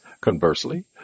Conversely